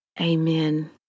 Amen